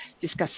discussing